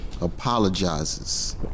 Apologizes